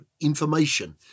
information